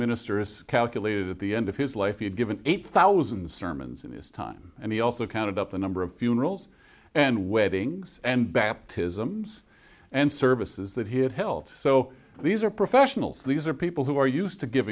minister is calculated at the end of his life he had given eight thousand sermons in his time and he also counted up the number of funerals and weddings and baptisms and services that he had held so these are professionals these are people who are used to giv